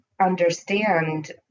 understand